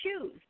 Choose